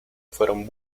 fueron